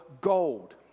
Gold